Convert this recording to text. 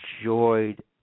enjoyed